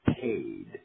paid